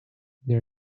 there